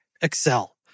Excel